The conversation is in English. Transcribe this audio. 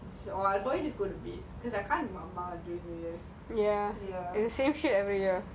I have um maybe like a like I probably just go